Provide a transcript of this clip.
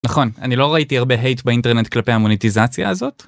נכון, אני לא ראיתי הרבה הייט באינטרנט כלפי המוניטיזציה הזאת?